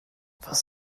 was